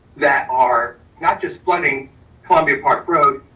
that are not just flooding columbia park road,